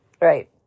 Right